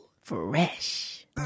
Fresh